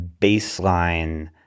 baseline